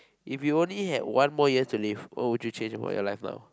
if you only had one more year to live what will you change about your life now